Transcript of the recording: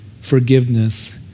forgiveness